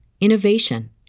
innovation